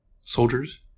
soldiers